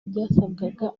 byasabwaga